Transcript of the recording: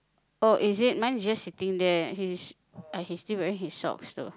oh is it mine is just sitting there he's he's still wearing his socks though